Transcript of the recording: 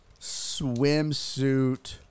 swimsuit